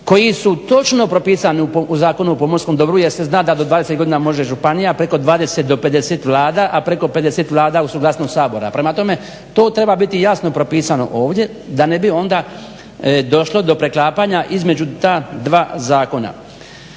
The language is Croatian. koji su točno propisani u Zakonu o pomorskom dobru jer se zna da do 20 godina može županija, preko 20-50 Vlada, a preko 50 Vlada uz suglasnost Sabora. Prema tome to treba biti jasno propisano ovdje da ne bi onda došlo do preklapanja između ta dva zakona.